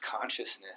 consciousness